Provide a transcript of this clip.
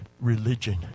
religion